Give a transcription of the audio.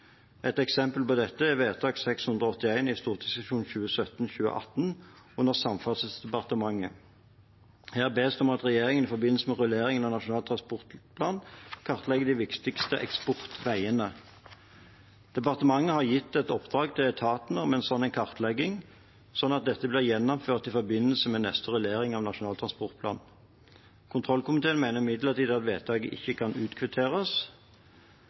Et eksempel på dette er vedtak nr. 681 i stortingssesjon 2017–2018, under Samferdselsdepartementet. Her bes det om at regjeringen i forbindelse med rulleringen av Nasjonal transportplan kartlegger de viktigste eksportveiene. Departementet har gitt et oppdrag til etaten om en sånn kartlegging, sånn at dette blir gjennomført i forbindelse med neste rullering av Nasjonal transportplan. Kontrollkomiteen mener imidlertid at vedtaket ikke kan utkvitteres,